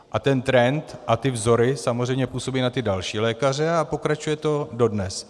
A ten trend a ty vzory samozřejmě působí na další lékaře a pokračuje to dodnes.